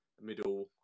middle